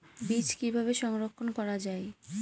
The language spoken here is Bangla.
বীজ কিভাবে সংরক্ষণ করা যায়?